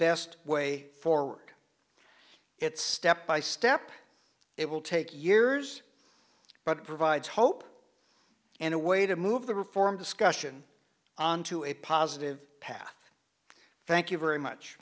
best way forward it's step by step it will take years but it provides hope and a way to move the reform discussion onto a positive path thank you very much